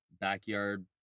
backyard